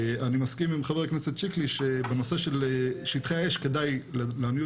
אני מסכים עם חבר הכנסת שיקלי שבנושא של שטחי האש כדאי לעניות